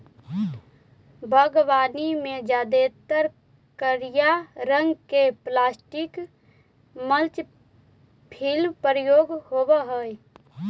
बागवानी में जादेतर करिया रंग के प्लास्टिक मल्च फिल्म प्रयोग होवऽ हई